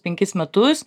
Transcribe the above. penkis metus